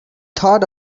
thought